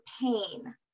pain